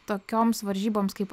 tokioms varžyboms kaip